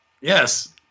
Yes